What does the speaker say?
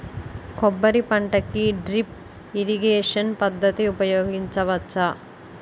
కొబ్బరి పంట కి డ్రిప్ ఇరిగేషన్ పద్ధతి ఉపయగించవచ్చా?